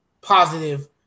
positive